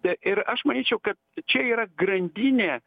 tai ir aš manyčiau kad čia yra grandinė